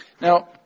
Now